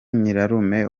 nyirarume